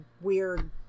weird